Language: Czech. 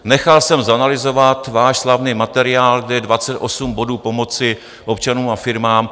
Nechal jsme zanalyzovat váš slavný materiál, kde je 28 bodů pomoci občanům a firmám.